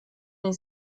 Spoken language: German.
ich